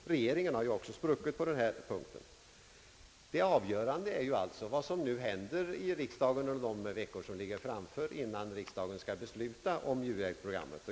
Regeringen har ju också spruckit på den punkten. Det avgörande är vad som händer i riksdagen under de veckor som ligger före i tiden innan riksdagen skall besluta om u-hjälpsprogrammet.